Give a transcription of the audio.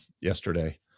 yesterday